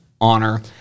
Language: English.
honor